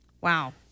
Wow